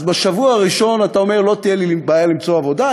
אז בשבוע הראשון אתה אומר: לא תהיה לי בעיה למצוא עבודה,